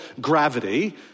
gravity